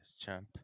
champ